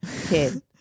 kid